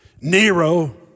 Nero